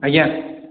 ଆଜ୍ଞା